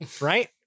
Right